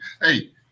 Hey